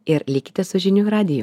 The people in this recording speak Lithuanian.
ir likite su žinių radiju